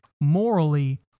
morally